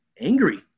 angry